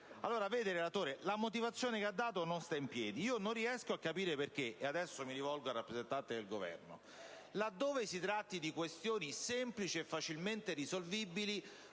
Vede, relatore, la motivazione che ha dato non sta allora in piedi. Non riesco a capire perché - e adesso mi rivolgo al rappresentante del Governo - là dove si tratta di questioni semplici e facilmente risolvibili